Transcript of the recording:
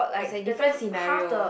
is like different scenario